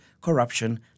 corruption